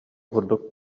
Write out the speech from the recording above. курдук